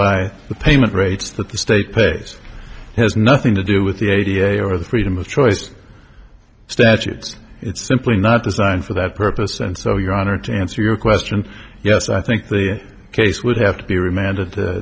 by the payment rates that the state pays has nothing to do with the idea or the freedom of choice statutes it's simply not designed for that purpose and so your honor to answer your question yes i think the case would have to be remanded to